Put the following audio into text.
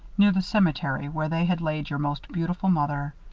near the cemetery where they had laid your most beautiful mother.